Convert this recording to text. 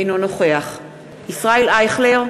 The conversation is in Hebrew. אינו נוכח ישראל אייכלר,